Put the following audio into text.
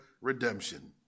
redemption